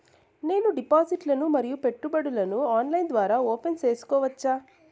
నేను డిపాజిట్లు ను మరియు పెట్టుబడులను ఆన్లైన్ ద్వారా ఓపెన్ సేసుకోవచ్చా?